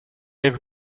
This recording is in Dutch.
even